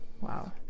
wow